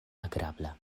agrabla